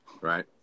Right